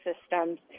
systems